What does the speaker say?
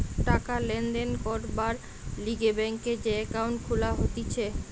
টাকা লেনদেন করবার লিগে ব্যাংকে যে একাউন্ট খুলা হতিছে